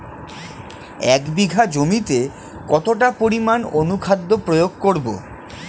এক বিঘা জমিতে কতটা পরিমাণ অনুখাদ্য প্রয়োগ করব?